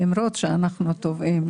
למרות שאנחנו טובעים,